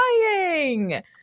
dying